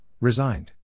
Resigned